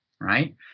right